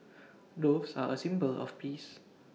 doves are A symbol of peace